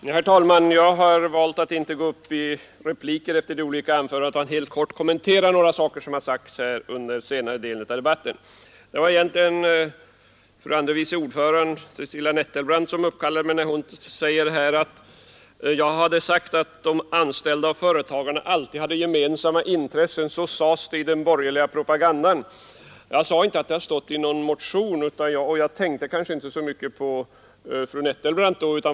Herr talman! Jag har valt att inte gå upp i repliker efter de olika anförandena, utan jag vill nu helt kort kommentera några saker som har sagts här under den senare delen av debatten. Det var egentligen fru andre vice talmannen Cecilia Nettelbrandt som uppkallade mig när hon sade att jag hade sagt att de anställda och företagarna hade gemensamma intressen enligt den borgerliga propagan dan. Jag sade inte att det har stått i någon motion, och jag tänkte kanske inte då så mycket på fru Nettelbrandt.